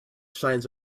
shines